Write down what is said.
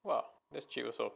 !wah! that's cheap also